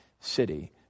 city